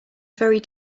very